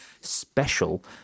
Special